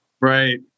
right